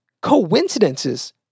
coincidences